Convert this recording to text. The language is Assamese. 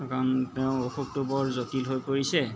কাৰণ তেওঁৰ অসুখটো বৰ জটিল হৈ পৰিছে